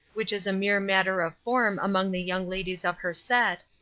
which is a mere matter of form among the young ladies of her set,